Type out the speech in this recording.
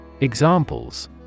Examples